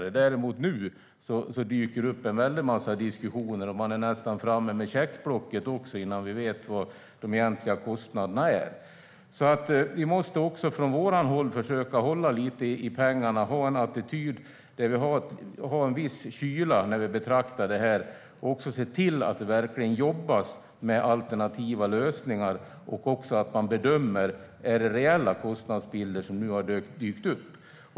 Nu däremot dyker det upp en massa diskussioner, och man är nästan framme med checkblocket innan vi vet vad de egentliga kostnaderna är. Vi måste från vårt håll försöka hålla lite i pengarna och ha en attityd där vi har en viss kyla när vi betraktar detta. Vi måste se till att det verkligen jobbas med alternativa lösningar och att man bedömer om det är reella kostnadsbilder som nu har dykt upp.